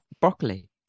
broccoli